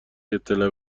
اطلاع